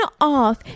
off